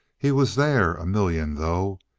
he was there a million, though.